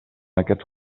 aquests